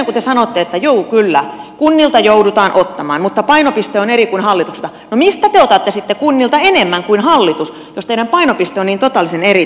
kun te sanoitte että juu kyllä kunnilta joudutaan ottamaan mutta painopiste on eri kuin hallituksella mistä te otatte sitten kunnilta enemmän kuin hallitus jos teidän painopisteenne on niin totaalisen eri tässä kohtaa